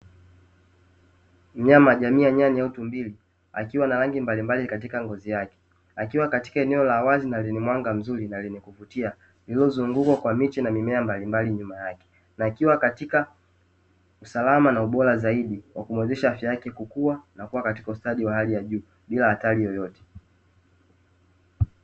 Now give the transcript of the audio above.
Mnyama jamii ya nyani au tumbili akiwa na rangi mbalimbali katika ngozi yake, akiwa katika eneo la wazi na lenye mwanga mzuri na lenye kuvutia, lililozungu kwa kwa miche na mimea mbalimbali nyuma yake, na akiwa katika usalama na ubora zaidi wa kumwezesha afya yake kukua, na kuwa katika ustadi wa hali ya juu bila hatari yoyote.